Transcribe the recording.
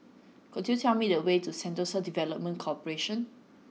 could you tell me the way to Sentosa Development Corporation